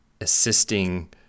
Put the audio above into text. assisting